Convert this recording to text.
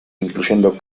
incluyendo